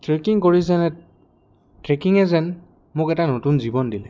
trekking কৰি যেনে ট্ৰেকিঙে যেন মোক এটা নতুন জীৱন দিলে